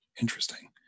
Interesting